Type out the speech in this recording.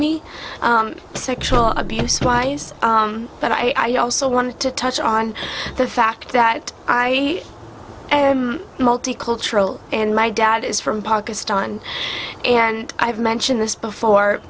me sexual abuse wise but i also wanted to touch on the fact that i multicultural and my dad is from pakistan and i've mentioned this before